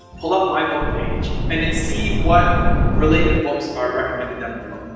pull up my book page, and then see what related books are recommended down below.